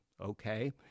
Okay